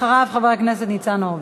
אחריו, חבר הכנסת ניצן הורוביץ.